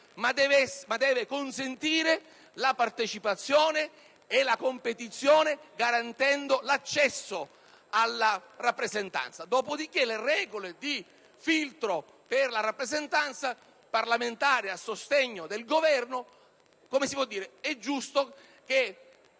ma deve consentire la partecipazione e la competizione, garantendo l'accesso alla rappresentanza. Dopodiché, è giusto che le regole di filtro per la rappresentanza parlamentare a sostegno del Governo siano legate